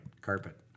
carpet